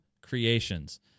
creations